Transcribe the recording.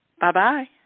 Bye-bye